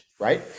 right